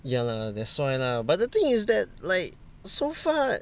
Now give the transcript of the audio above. ya lah that's why lah but the thing is that like so far